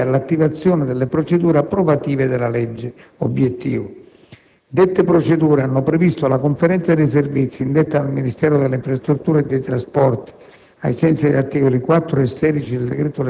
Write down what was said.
indette dall'ASI, preliminari all'attivazione delle procedure approvative della cosiddetta legge obiettivo. Dette procedure hanno previsto la Conferenza dei servizi, indetta dal Ministero delle infrastrutture e dei trasporti,